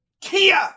Kia